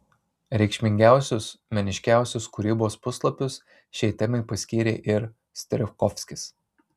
reikšmingiausius meniškiausius kūrybos puslapius šiai temai paskyrė ir strijkovskis